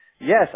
Yes